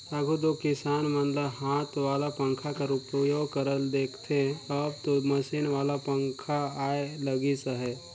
आघु दो किसान मन ल हाथ वाला पंखा कर उपयोग करत देखथे, अब दो मसीन वाला पखा आए लगिस अहे